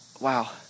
wow